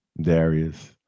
Darius